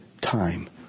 time